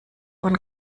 von